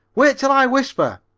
wait till i whisper.